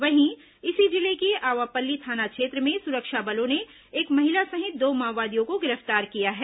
वहीं इसी जिले के आवापल्ली थाना क्षेत्र में सुरक्षा बलों ने एक महिला सहित दो माओवादियों को गिर पतार किया है